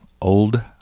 Old